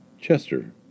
Chester